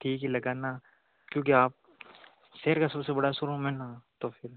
ठीक ही लगाना क्योंकि आप शहर का सबसे बड़ा शोरूम है ना तो फिर